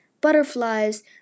Butterflies